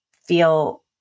feel